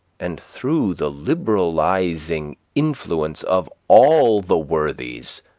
and through the liberalizing influence of all the worthies,